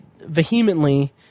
vehemently